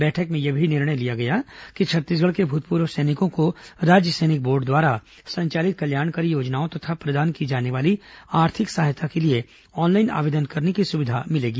बैठक में यह भी निर्णय लिया गया कि छत्तीसगढ़ के भूतपूर्व सैनिकों को राज्य सैनिक बोर्ड द्वारा संचालित कल्याणकारी योजनाओं तथा प्रदान की जाने वाली आर्थिक सहायता के लिए ऑनलाइन आवेदन करने की सुविधा मिलेगी